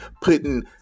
putting